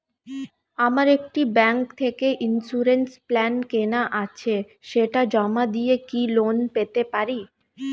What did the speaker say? আমার একটি ব্যাংক থেকে ইন্সুরেন্স প্ল্যান কেনা আছে সেটা জমা দিয়ে কি লোন পেতে পারি?